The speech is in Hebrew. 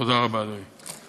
תודה רבה, אדוני.